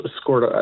scored